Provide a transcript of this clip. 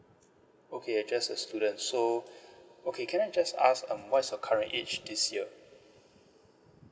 okay just a student so okay can I just ask um what is your current age this year